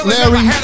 Larry